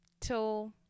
till